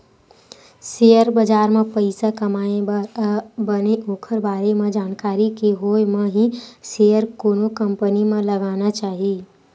share बजार म पइसा कमाए बर बने ओखर बारे म जानकारी के होय म ही सेयर कोनो कंपनी म लगाना चाही